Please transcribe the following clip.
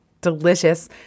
delicious